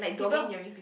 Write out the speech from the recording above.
people who